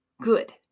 good